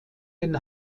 den